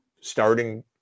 starting